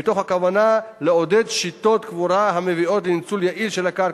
מתוך הכוונה לעודד שיטות קבורה המביאות לניצול יעיל של הקרקע,